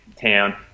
town